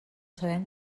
sabem